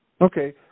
okay